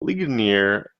ligonier